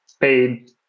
paid